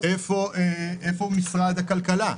איפה משרד הכלכלה?